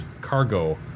cargo